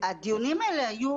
הדיונים האלה היו